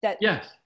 Yes